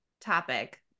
topic